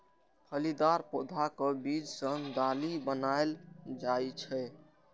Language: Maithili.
फलीदार पौधाक बीज सं दालि बनाएल जाइ छै